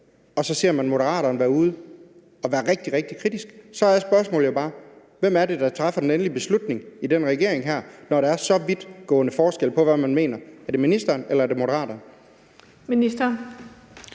og så ser man Moderaterne være ude og være rigtig, rigtig kritiske. Så er spørgsmålet jo bare: Hvem er det, der træffer den endelige beslutning i den regering her, når der er så vidtgående forskel på, hvad man mener? Er det ministeren, eller er det Moderaterne? Kl.